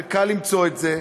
וקל למצוא את זה,